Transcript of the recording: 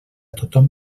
tothom